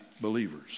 believers